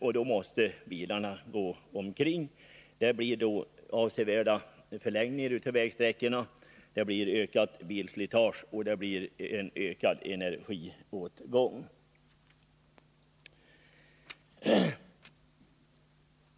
Bilarna måste därför köra en omväg, med avsevärda förlängningar av körsträckorna, ökat bilslitage och ökad energiåtgång som följd.